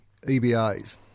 EBAs